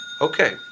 Okay